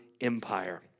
empire